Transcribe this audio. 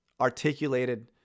articulated